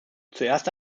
zuerst